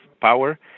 power